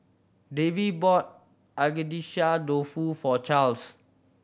Davy bought Agedashi Dofu for Charles